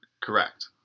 Correct